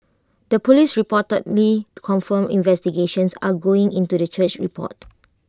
the Police reportedly confirmed investigations are ongoing into the church's report